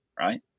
right